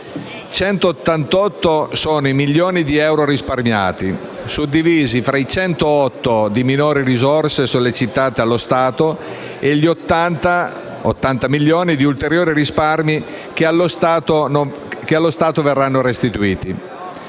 188 sono i milioni di euro risparmiati, suddivisi tra i 108 milioni di minori risorse sollecitate allo Stato e gli 80 milioni di ulteriori risparmi che allo Stato verranno restituiti.